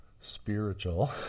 spiritual